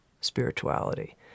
spirituality